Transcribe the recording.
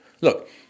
Look